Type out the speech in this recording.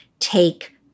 take